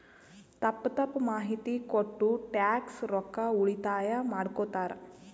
ತಪ್ಪ ತಪ್ಪ ಮಾಹಿತಿ ಕೊಟ್ಟು ಟ್ಯಾಕ್ಸ್ ರೊಕ್ಕಾ ಉಳಿತಾಯ ಮಾಡ್ಕೊತ್ತಾರ್